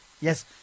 yes